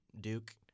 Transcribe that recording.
Duke